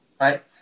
right